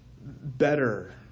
better